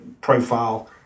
profile